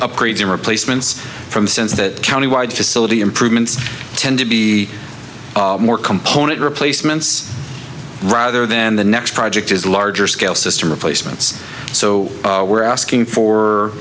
upgrades and replacements from sense that countywide facility improvements tend to be more component replacements rather than the next project is larger scale system replacements so we're asking